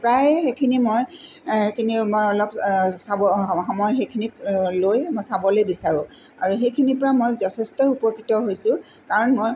প্ৰায় সেইখিনি মই এইখিনি মই অলপ চাব সময় সেইখিনিক লৈ মই চাবলৈ বিচাৰোঁ আৰু সেইখিনিৰপৰা মই যথেষ্টই উপকৃত হৈছোঁ কাৰণ মই